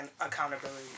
accountability